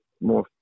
more